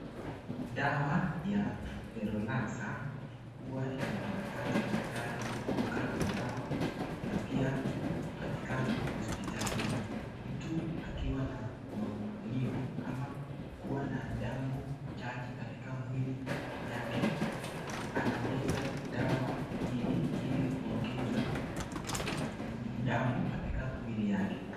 Dawa ya [Ferolax] hua inapatikana katika duka la dawa na pia katika hosipitalini. Mtu akiwa na maumivu ama akiwa na damu chache katika mwili yake, anameza dawa hii ili kuongeza damu katika mwili yake.